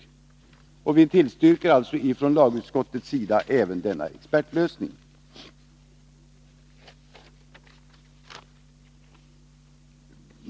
Vi tillstyrker alltså från lagutskottets sida även denna expertlösning.